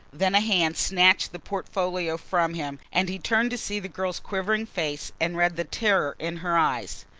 then a hand snatched the portfolio from him and he turned to see the girl's quivering face and read the terror in her eyes.